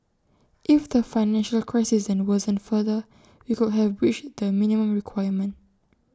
if the financial crisis then worsened further we could have breached the minimum requirement